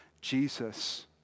Jesus